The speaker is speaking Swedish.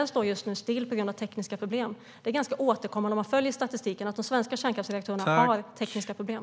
Den står just nu still på grund av tekniska problem. Det är ganska återkommande om man följer statistiken att de svenska kärnkraftsreaktorerna har tekniska problem.